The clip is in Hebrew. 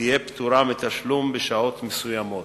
תהיה פטורה מתשלום בשעות מסוימות,